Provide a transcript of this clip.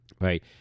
Right